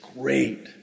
great